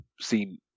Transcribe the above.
seen